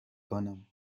کنم